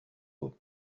بود